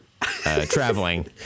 traveling